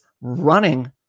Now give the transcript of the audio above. running